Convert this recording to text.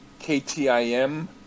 KTIM